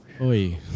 Oi